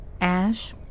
Ash